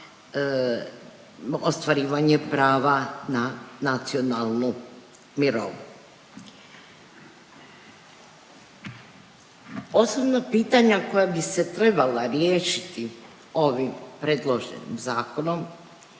ostvarivanje prava na nacionalnu mirovinu. Osnovna pitanja koja bi se trebala riješiti ovim predloženim zakonom,